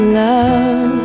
love